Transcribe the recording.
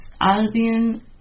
albion